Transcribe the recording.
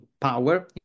power